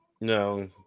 No